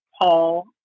Paul